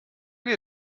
geht